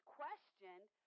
questioned